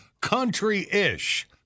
country-ish